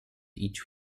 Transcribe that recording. each